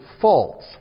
false